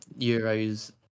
Euros